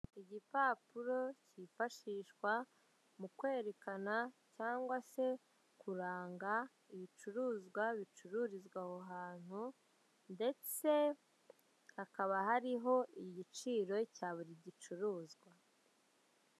Igipapuro cyifashishwa mu kwerekana cyangwa se kuranga ibicuruzwa bicururizwa aho hantu, ndetse hakaba hariho igiciro cya buri gicuruzwa.